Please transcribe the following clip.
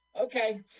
okay